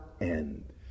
end